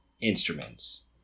instruments